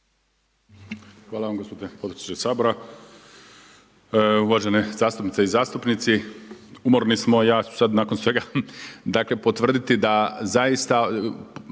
Hvala vam gospodine potpredsjedniče Sabora, uvažene zastupnice i zastupnici. Umorni smo, ja ću sada nakon svega dakle potvrditi da zaista,